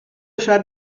شاید